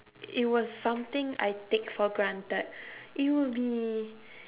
it was something I take for granted it would be